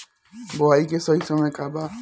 बुआई के सही समय का वा?